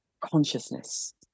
consciousness